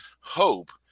hope